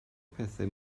pethau